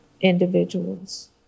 individuals